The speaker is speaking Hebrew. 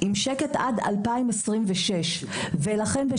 עם שקט עד 2026. לכן בשום